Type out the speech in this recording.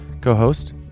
Co-host